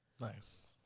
nice